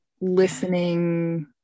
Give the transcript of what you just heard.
listening